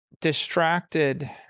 distracted